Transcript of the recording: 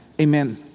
amen